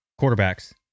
quarterbacks